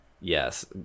Yes